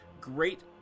great